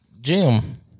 Jim